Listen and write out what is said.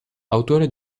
autore